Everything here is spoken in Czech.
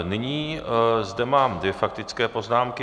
Nyní zde mám dvě faktické poznámky.